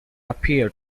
appear